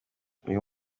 iyo